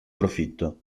profitto